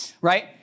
right